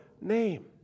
name